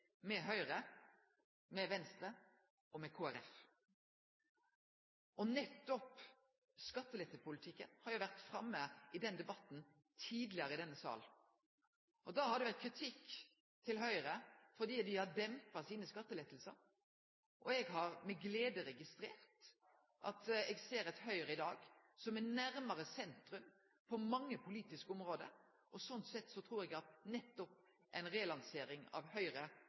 med Høgre, Venstre og Kristeleg Folkeparti. Nettopp skattelettepolitikken har vore framme i debatten tidlegare i denne salen. Da har det vore kritikk til Høgre for at dei dempa sine skattelettar, og eg har med glede registrert at eg ser eit Høgre i dag som er nærare sentrum på mange politiske område, og slik sett trur eg at nettopp ei relansering av Høgre,